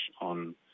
on